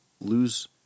lose